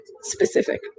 specific